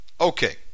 okay